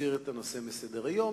להסיר את הנושא מסדר-היום.